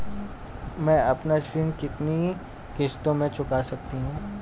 मैं अपना ऋण कितनी किश्तों में चुका सकती हूँ?